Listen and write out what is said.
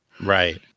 Right